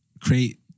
create